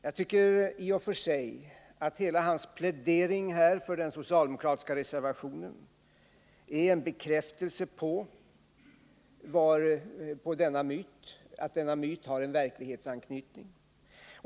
Jag tycker i och för sig att hela hans plädering för de socialdemokratiska reservationerna är en bekräftelse på att denna myt har en verklighetsanknytning.